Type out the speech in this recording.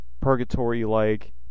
purgatory-like